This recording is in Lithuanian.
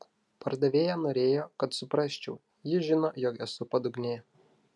pardavėja norėjo kad suprasčiau ji žino jog esu padugnė